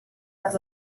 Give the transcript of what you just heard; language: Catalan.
per